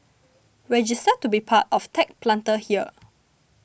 register to be part of Tech Planter here